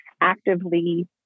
actively